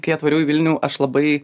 kai atvariau į vilnių aš labai